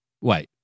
Wait